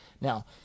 Now